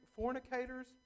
Fornicators